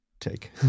take